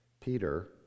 Peter